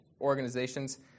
organizations